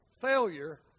Failure